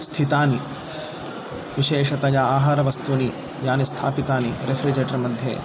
स्थितानि विशेषतया आहारवस्तूनि यानि स्थापितानि रेफ़्रिजरेटर् मध्ये